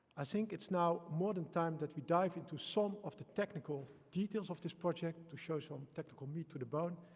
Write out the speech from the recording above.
i think it's now more than time that we dive into some of the technical details of this project to show some technical meat to the bone.